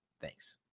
thanks